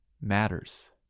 matters